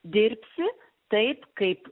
dirbsi taip kaip